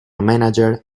manager